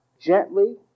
Gently